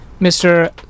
Mr